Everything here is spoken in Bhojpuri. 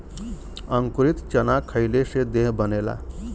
अंकुरित चना खईले से देह बनेला